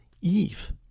Eve